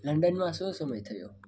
લંડનમાં શું સમય થયો